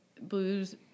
blues